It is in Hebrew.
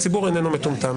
הציבור איננו מטומטם,